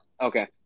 Okay